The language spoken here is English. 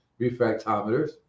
refractometers